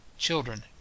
children